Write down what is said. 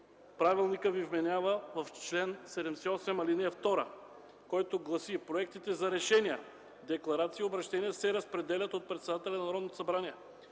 правилникът Ви вменява в чл. 78, ал. 2, който гласи: „Проектите за решения, декларации и обръщения се разпределят от председателя на Народното събрание